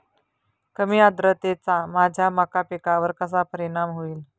कमी आर्द्रतेचा माझ्या मका पिकावर कसा परिणाम होईल?